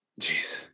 Jeez